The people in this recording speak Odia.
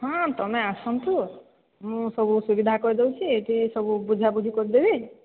ହଁ ତମେ ଆସନ୍ତୁ ମୁଁ ସବୁ ସୁବିଧା କରିଦଉଛି ଏଠି ସବୁ ବୁଝାବୁଝି କରିଦେବି